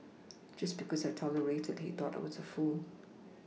just because I tolerated he thought I was a fool